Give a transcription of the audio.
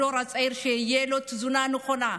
שיהיה לדור הצעיר תזונה נכונה,